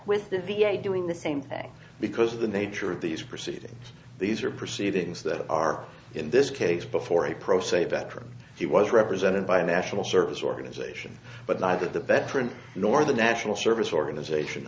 with the v a doing the same thing because of the nature of these proceedings these are proceedings that are in this case before a pro se veteran he was represented by a national service organization but neither the veterans nor the national service organization